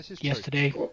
yesterday